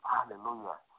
Hallelujah